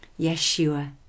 Yeshua